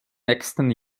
nächsten